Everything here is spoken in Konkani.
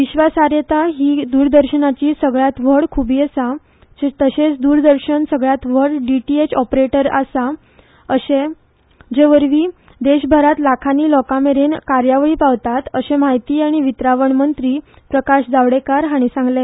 विश्वाससाहता ही दूरदर्शनची सगळ्यात व्हड खूबी आसा तशेच द्रदर्शन सगळ्यात व्हड डीटीएच ऑपरेटर आसा जे वरवी देशभरात लाखानी लोकांमेरेन कार्यावळी पावतात अशें म्हायती आनी वितरावण मंत्री प्रकाश जावडेकर हांणी सांगले